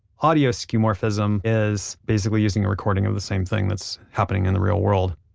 audio skeuomorphism is basically using a recording of the same thing that's happening in the real world.